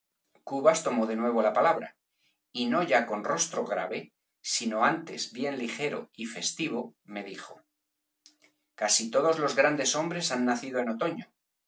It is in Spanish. cubas tomó de nuevo la palabra y no ya con rostro grave sino antes bien ligero y festivo me dijo casi todos los grandes hombres han nacido en otoño